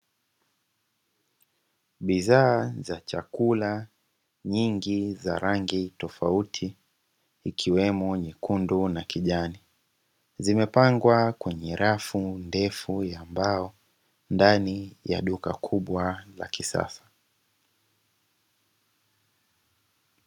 Bidhaa za chakula nyingi za rangi tofauti ikiwemo nyekundu na kijani, zimepangwa kwenye rafu ndefu ya mbao ndani ya duka kubwa la kisasa.